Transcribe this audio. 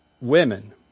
women